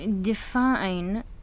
Define